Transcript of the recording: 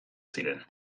ziren